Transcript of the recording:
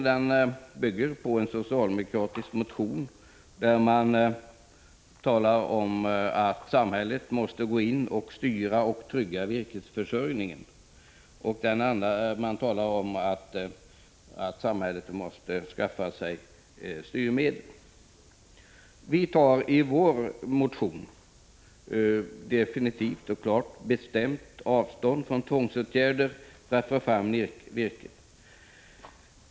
Denna bygger på en socialdemokratisk motion där man talar om att samhället måste gå in och styra för att trygga virkesförsörjningen och därför måste skaffa sig styrmedel. Vi tar i vår motion definitivt och bestämt avstånd från tvångsåtgärder för att få fram virke.